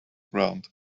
ground